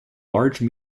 large